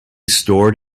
stored